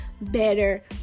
better